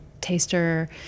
taster